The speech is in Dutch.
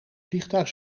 vliegtuig